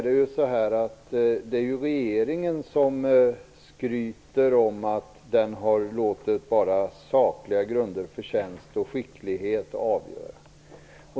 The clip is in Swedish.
Det är ju regeringen som skryter med att den har låtit bara sakliga grunder, förtjänst och skicklighet, avgöra.